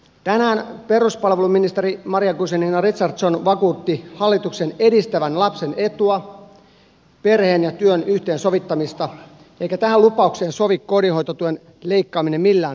tänään peruspalveluministeri maria guzenina richardson vakuutti hallituksen edistävän lapsen etua perheen ja työn yhteensovittamista eikä tähän lupaukseen sovi kotihoidon tuen leikkaaminen millään tavoin